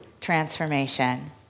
transformation